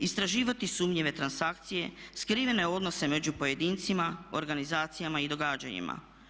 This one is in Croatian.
Istraživati sumnjive transakcije, skrivene odnose među pojedincima, organizacijama i događanjima.